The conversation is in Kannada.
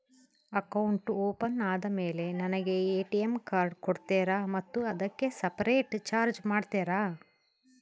ಅಕೌಂಟ್ ಓಪನ್ ಆದಮೇಲೆ ನನಗೆ ಎ.ಟಿ.ಎಂ ಕಾರ್ಡ್ ಕೊಡ್ತೇರಾ ಮತ್ತು ಅದಕ್ಕೆ ಸಪರೇಟ್ ಚಾರ್ಜ್ ಮಾಡ್ತೇರಾ?